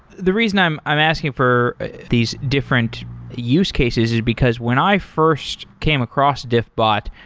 the reason i'm i'm asking for these different use cases is because when i first came across diffbot,